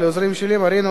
ולעוזרים שלי מרינה,